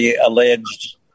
alleged